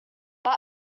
but